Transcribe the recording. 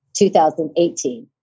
2018